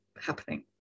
happening